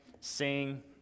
sing